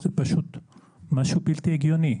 זה משהו בלתי הגיוני.